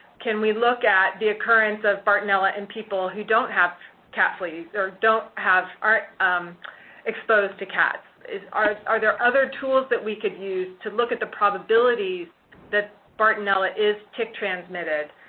can we look at the occurrence of bartonella in people who don't have cat fleas or don't have, aren't exposed to cats? is, are there other tools that we can use to look at the probability that bartonella is tick transmitted,